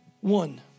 One